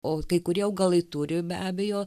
o kai kurie augalai turi be abejo